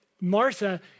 Martha